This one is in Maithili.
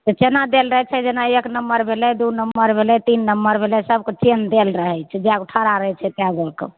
तऽ चेन्हा देल रहय छै जेना एक नम्बर भेलय दू नम्बर भेलय तीन नम्बर भेलय सभके चेन्ह देल रहय छै जएगो ठड़ा रहय छै तैगोके